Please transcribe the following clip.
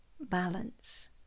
balance